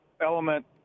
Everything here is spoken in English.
element